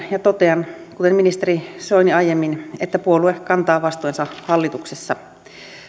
ja totean kuten ministeri soini aiemmin että puolue kantaa vastuunsa hallituksessa